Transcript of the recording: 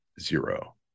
zero